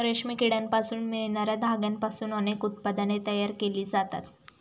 रेशमी किड्यांपासून मिळणार्या धाग्यांपासून अनेक उत्पादने तयार केली जातात